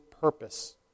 purpose